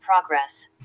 progress